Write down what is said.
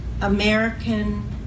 American